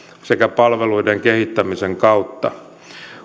sekä palveluiden kehittämisen kautta